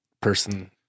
person